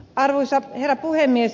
arvoisa herra puhemies